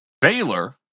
Baylor